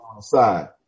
side